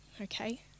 okay